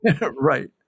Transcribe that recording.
Right